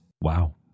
Wow